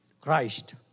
Christ